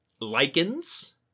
Lichens